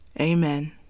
Amen